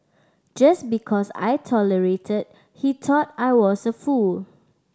just because I tolerated he thought I was a fool